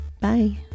Bye